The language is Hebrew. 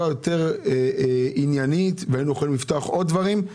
יותר עניינית ויכולים לפתוח עוד דברים.